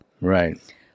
right